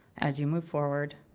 as you move forward,